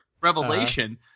revelation